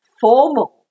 formal